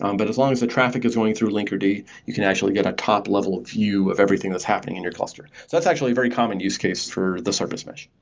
um but as long as the traffic is going through linkerd, ou can actually get a top level view of everything that's happening in your cluster. that's actually a very common use case for the service mesh.